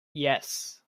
yes